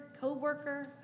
co-worker